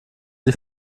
sie